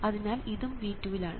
അതിനാൽ ഇതും V2 ൽ ആണ്